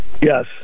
Yes